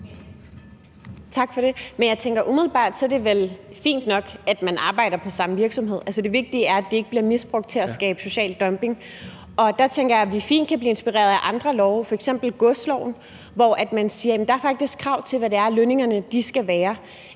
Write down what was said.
Tak for det. Men jeg tænker, at umiddelbart er det vel fint nok, at man arbejder i samme virksomhed. Altså, det vigtige er, at det ikke bliver misbrugt til at skabe social dumping. Og der tænker jeg, at vi fint kan blive inspireret af andre love, f.eks. af godsloven, hvor man siger, at der faktisk er krav til, hvad lønningerne skal være.